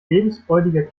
lebensfreudiger